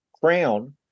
Crown